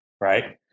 right